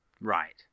Right